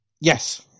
Yes